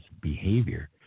behavior